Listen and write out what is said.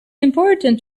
important